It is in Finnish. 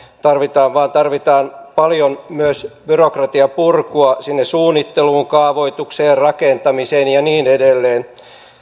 tarvitaan paljon myös byrokratianpurkua sinne suunnitteluun kaavoitukseen rakentamiseen ja niin edelleen